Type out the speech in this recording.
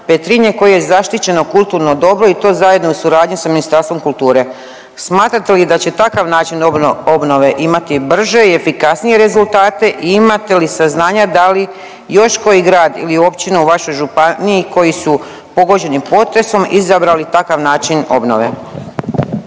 Petrinje koji je zaštićeno kulturno dobro i to zajedno u suradnji sa Ministarstvom kulture. Smatrate li da će takav način obnove imati brže i efikasnije rezultate i imate li saznanja da li još koji grad ili općina u vašoj županiji koji su pogođeni potresom, izabrali takav način obnove?